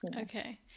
Okay